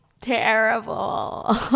terrible